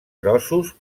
grossos